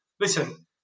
listen